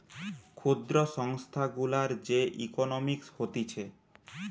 ক্ষুদ্র সংস্থা গুলার যে ইকোনোমিক্স হতিছে